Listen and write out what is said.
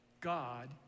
God